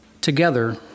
Together